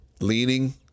leaning